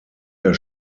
der